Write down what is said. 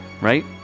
right